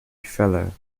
fellow